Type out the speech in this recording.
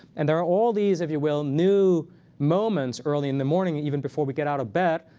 and there are all these, if you will, new moments early in the morning, even before we get out of bed,